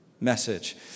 message